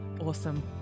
Awesome